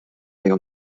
veo